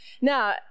Now